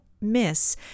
miss